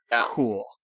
Cool